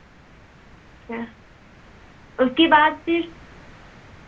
अच्छा उसके बाद फिर